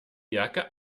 jacke